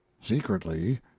secretly